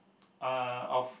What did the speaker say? uh of